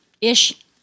ish